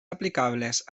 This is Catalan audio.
aplicables